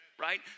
Right